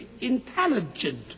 intelligent